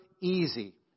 easy